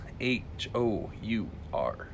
H-O-U-R